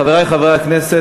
חברי חברי הכנסת,